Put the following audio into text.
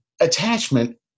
attachment